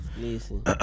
listen